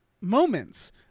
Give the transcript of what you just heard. moments